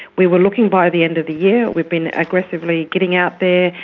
we were looking by the end of the year, we've been aggressively getting out there,